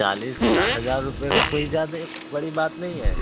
چالیس ہزار روپے کوئی زیادہ بڑی بات نہیں ہے